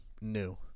new